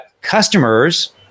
customers